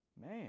man